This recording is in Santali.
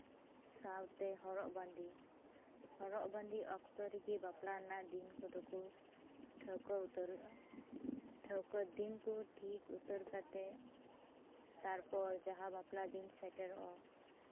ᱥᱟᱶᱛᱮ ᱦᱚᱨᱚᱜ ᱵᱟᱸᱫᱮ ᱦᱚᱨᱚᱜ ᱵᱟᱸᱫᱮ ᱚᱠᱛᱚ ᱨᱮᱜᱮ ᱵᱟᱯᱞᱟ ᱨᱮᱱᱟᱜ ᱫᱤᱱ ᱠᱚᱫᱚ ᱠᱚ ᱴᱷᱟᱹᱣᱠᱟᱹ ᱩᱛᱟᱹᱨᱟ ᱫᱤᱱ ᱠᱚ ᱴᱷᱤᱠ ᱩᱛᱟᱹᱨ ᱠᱟᱛᱮᱫ ᱛᱟᱨᱯᱚᱨ ᱡᱟᱦᱟᱸ ᱵᱟᱯᱞᱟ ᱫᱤᱱ ᱥᱮᱴᱮᱨᱚᱜᱼᱟ